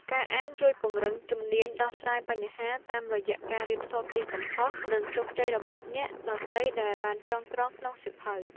ការអានជួយពង្រឹងជំនាញដោះស្រាយបញ្ហា តាមរយៈការរៀនសូត្រពីកំហុស និងជោគជ័យរបស់អ្នកដទៃដែលបានចងក្រងក្នុងសៀវភៅ។